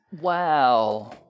Wow